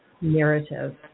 narrative